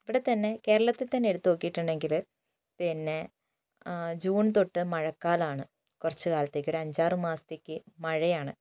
ഇവിടെത്തന്നെ കേരളത്തിൽത്തന്നെ എടുത്തു നോക്കിയിട്ടുണ്ടെങ്കിൽ പിന്നെ ജൂൺ തൊട്ട് മഴക്കാലമാണ് കുറച്ച് കാലത്തേയ്ക്ക് ഒരു അഞ്ചാറു മാസത്തേയ്ക്ക് മഴയാണ്